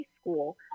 school